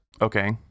okay